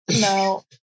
No